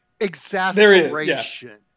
exasperation